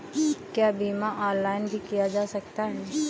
क्या बीमा ऑनलाइन भी किया जा सकता है?